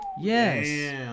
Yes